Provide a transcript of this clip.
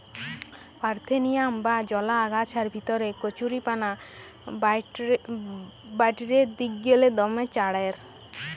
parthenium বা জলা আগাছার ভিতরে কচুরিপানা বাঢ়্যের দিগেল্লে দমে চাঁড়ের